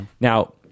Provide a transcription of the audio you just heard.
Now